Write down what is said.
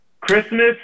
Christmas